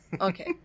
okay